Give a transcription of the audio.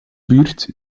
buurt